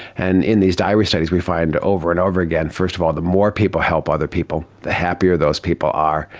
and in these diary studies we find over and over again first of all the more people help other people, the happier those people are.